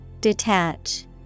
Detach